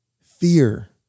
fear